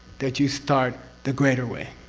that you start the greater way.